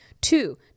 Two